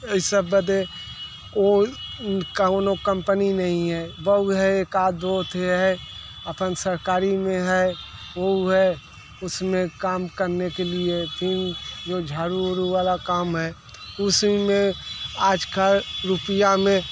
ये सब बदे वो कौनो कंपनी नहीं है वह है एक आध दो है अपन सरकारी में है वो है उसमें काम करने के लिए भी झाड़ू वारु वाला जो काम है उसी में आज कल रुपया में